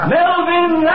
Melvin